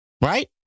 right